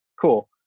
Cool